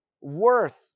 worth